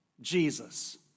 Jesus